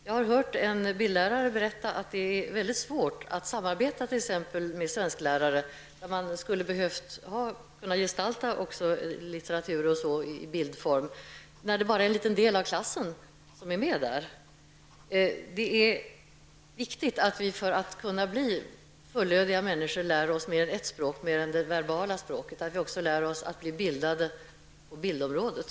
Jag har hört en bildlärare berätta att det är svårt att samarbeta med t.ex. svensklärare -- man skulle behöva kunna gestalta också litteratur osv. i bildform -- när det bara är en liten del av klassen som är med där. Det är viktigt att vi för att kunna bli fullödiga människor lär oss mer än ett språk, det är viktigt att vi förutom det verbala språket också blir bildade på bildområdet.